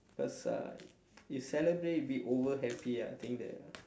because uh you celebrate a bit over happy ah I think that